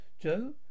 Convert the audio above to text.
Joe